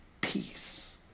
peace